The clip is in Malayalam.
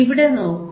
ഇവിടെ നോക്കൂ